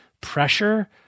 pressure